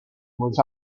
was